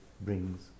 brings